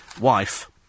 wife